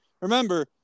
Remember